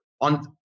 on